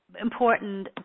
important